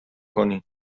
کنین